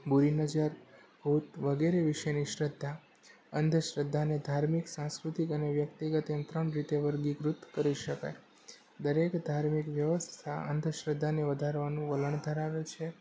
બૂરી નજર ભૂત વગેરે વિષેની શ્રદ્ધા અંધશ્રદ્ધાને ધાર્મિક સાંસ્કૃતિક અને વ્યક્તિગત એમ ત્રણ રીતે વર્ગીકૃત કરી શકાય દરેક ધાર્મિક વ્યવસ્થા અંધશ્રદ્ધાને વધારવાનું વલણ ધરાવે છે